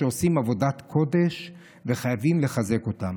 שעושים עבודת קודש וחייבים לחזק אותם.